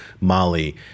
Mali